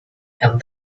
and